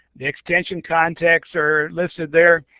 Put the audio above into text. the extension context are listed there,